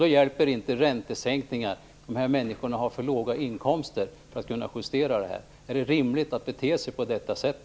Då hjälper det inte med räntesänkningar. De här människorna har för låga inkomster för att kunna kompensera sig på den vägen. Är det rimligt att bete sig på detta sätt?